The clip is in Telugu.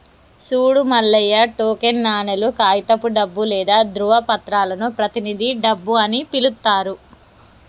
సూడు మల్లయ్య టోకెన్ నాణేలు, కాగితపు డబ్బు లేదా ధ్రువపత్రాలను ప్రతినిధి డబ్బు అని పిలుత్తారు